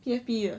P_A_P 的